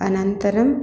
अनन्तरं